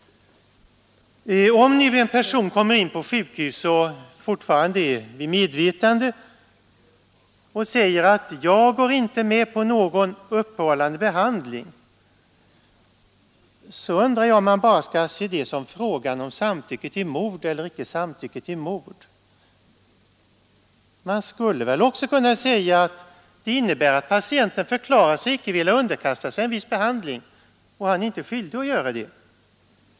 Om nu en person kommer in på sjukhus och fortfarande är vid medvetande och säger att han inte går med på någon livsuppehållande behandling, så undrar jag om man bara kan se det som en fråga om samtycke till mord eller icke samtycke till mord. Man skulle väl också kunna säga att det innebär att patienten förklarat sig icke vilja underkastas en viss behandling. Han är icke skyldig att göra det.